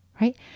right